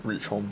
reach home